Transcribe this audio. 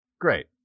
Great